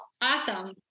awesome